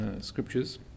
scriptures